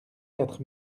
quatre